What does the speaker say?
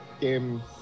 game